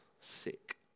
sick